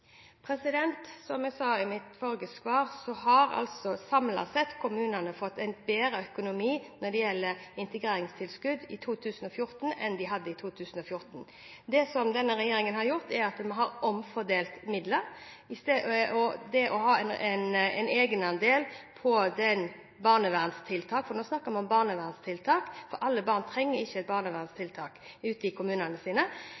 Som jeg sa i mitt forrige svar, har kommunene samlet sett fått en bedre økonomi i 2014 enn de hadde i 2013 når det gjelder integreringstilskudd. Det denne regjeringen har gjort, er at vi har omfordelt midler. Det er en egenandel på barnevernstiltak – nå snakker vi om barnevernstiltak, og alle barn trenger ikke